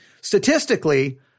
statistically